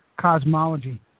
cosmology